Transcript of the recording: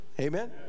Amen